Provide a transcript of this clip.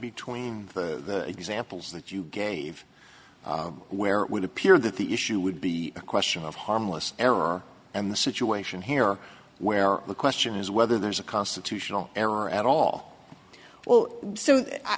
between the examples that you gave where it would appear that the issue would be a question of harmless error and the situation here where the question is whether there's a constitutional error at all well so i